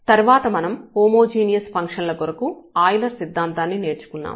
తర్వాత మనం హోమోజీనియస్ ఫంక్షన్ల కొరకు ఆయిలర్ సిద్ధాంతాన్ని నేర్చుకున్నాము